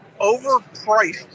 overpriced